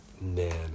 man